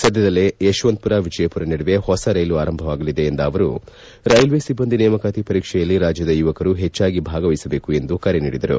ಸದ್ದದಲ್ಲೇ ಯಶವಂತಪುರ ವಿಜಯಪುರ ನಡುವೆ ಹೊಸ ರೈಲು ಆರಂಭವಾಗಲಿದೆ ಎಂದ ಹೇಳಿದ ಅವರು ರೈಲ್ವೆ ಸಿಬ್ಬಂದಿ ನೇಮಕಾತಿ ಪರೀಕ್ಷೆಯಲ್ಲಿ ರಾಜ್ಯದ ಯುವಕರು ಹೆಚ್ಚಾಗಿ ಭಾಗವಹಿಸಬೇಕು ಎಂದು ಕರೆ ನೀಡಿದರು